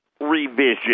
revision